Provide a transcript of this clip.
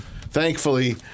Thankfully